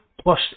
plus